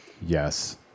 Yes